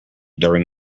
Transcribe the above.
during